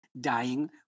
dying